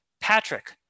Patrick